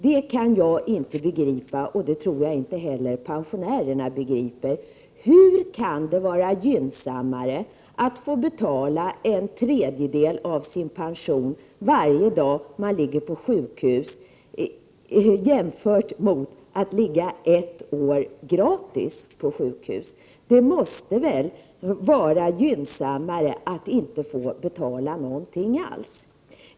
Det kan jag inte begripa, och det tror jag inte heller att pensionärerna begriper. Hur kan det vara gynnsammare att få betala en tredjedel av sin pension varje dag man ligger på sjukhus jämfört med att få ligga på sjukhus ett år gratis? Det måste väl vara gynnsammare att inte behöva betala någonting alls?